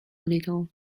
little